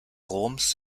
roms